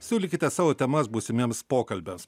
siūlykite savo temas būsimiems pokalbiams